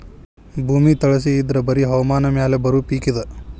ಭೂಮಿ ತಳಸಿ ಇದ್ರ ಬರಿ ಹವಾಮಾನ ಮ್ಯಾಲ ಬರು ಪಿಕ್ ಇದ